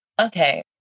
Okay